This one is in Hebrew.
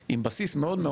קיבוצי זה קצת מורכב.